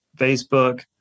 Facebook